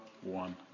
one